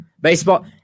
Baseball